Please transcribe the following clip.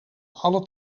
alle